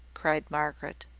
cried margaret.